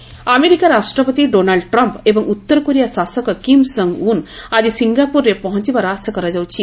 Trump Kim America ରାଷ୍ଟ୍ରପତି Donald Trump ଏବଂ ଉତ୍ତର କୋରିଆ ଶାସକ କିମ୍ ଜଙ୍ଗ୍ ଉନ୍ ଆଜି ସିଙ୍ଗାପୁରରେ ପହଞ୍ଚିବାର ଆଶା କରାଯାଉଛି